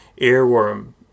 earworm